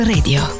Radio